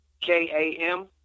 K-A-M